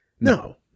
No